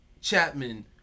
Chapman